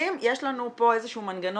המחליטים יש לנו פה איזה מנגנון